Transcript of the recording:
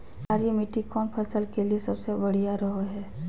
क्षारीय मिट्टी कौन फसल के लिए सबसे बढ़िया रहो हय?